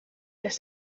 les